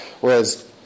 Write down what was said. whereas